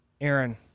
Aaron